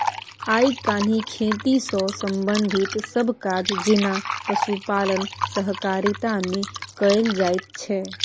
आइ काल्हि खेती सँ संबंधित सब काज जेना पशुपालन सहकारिता मे कएल जाइत छै